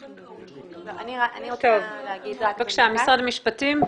הסמכויות --- משרד המשפטים,